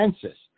census